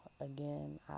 again